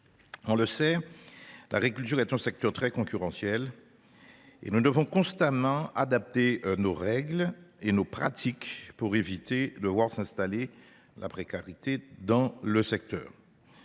On le sait, l’agriculture est un secteur très concurrentiel : nous devons constamment adapter nos règles et nos pratiques pour éviter que la précarité s’y ancre.